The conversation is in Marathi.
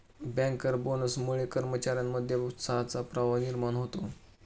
बँकर बोनसमुळे कर्मचार्यांमध्ये उत्साहाचा प्रवाह निर्माण होतो